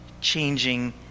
changing